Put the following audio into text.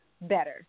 better